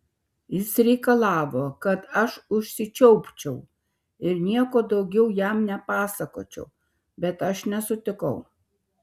jis reikalavo kad aš užsičiaupčiau ir nieko daugiau jam nepasakočiau bet aš nesutikau